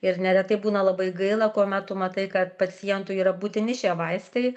ir neretai būna labai gaila kuomet tu matai kad pacientui yra būtini šie vaistai